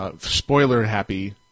spoiler-happy